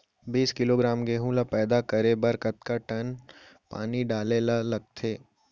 बीस किलोग्राम गेहूँ ल पैदा करे बर कतका टन पानी डाले ल लगथे?